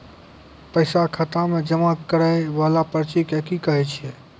पैसा खाता मे जमा करैय वाला पर्ची के की कहेय छै?